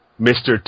Mr